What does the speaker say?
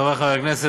חבריי חברי הכנסת,